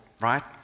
right